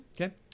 Okay